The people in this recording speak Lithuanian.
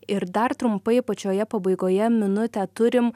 ir dar trumpai pačioje pabaigoje minutę turim